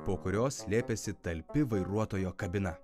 po kuriuo slėpėsi talpi vairuotojo kabina